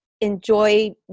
enjoy